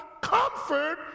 comfort